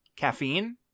Caffeine